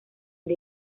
the